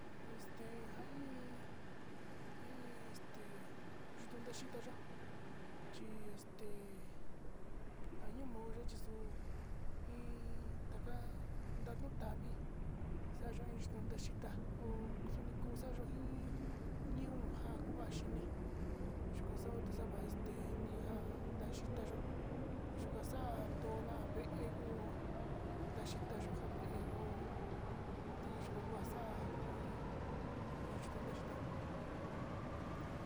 Este nja iin nja iin este, yutan taxhita yó chi este njayuu moya chindu este iin nda'a nda'a nuu taví xayuan yonda xhitá ho xukuxa'a yo'ó iin ñuu nja ko va'a xhini yuu kanxao kuu xa'a vax tenii ninja ndaxhita yo'ó yuu xan ndola vée, ndekuu yaxhita yo'ó ho vée ho iyó va'a xa'a kuiin iin iin yuxen ndexhitá.